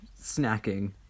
snacking